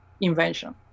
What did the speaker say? invention